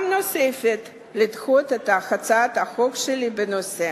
נוספת לדחות את הצעת החוק שלי בנושא.